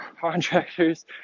contractors